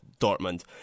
Dortmund